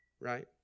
right